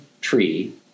tree